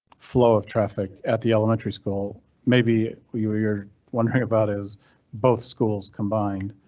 flow of traffic at the elementary school. maybe what you're you're wondering about, is both schools combined?